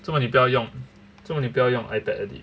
做么你不要做么你不要用 ipad edit